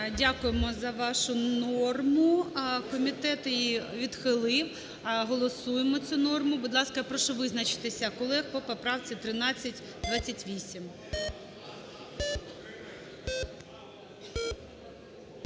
Дякуємо за вашу норму, комітет її відхилив. Голосуємо цю норму. Будь ласка, я прошу визначитися колег по поправці 1328.